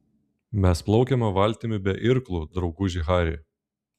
mes plaukiame valtimi be irklų drauguži hari